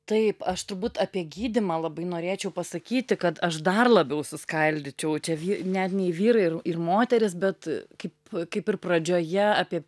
taip aš turbūt apie gydymą labai norėčiau pasakyti kad aš dar labiau suskaldyčiau čia vy net ne vyrai ir ir moterys bet kaip kaip ir pradžioje apie